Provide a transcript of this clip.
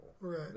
Right